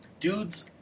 Dude's